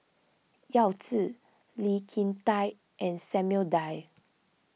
Yao Zi Lee Kin Tat and Samuel Dyer